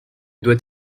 doit